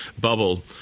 bubble